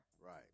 Right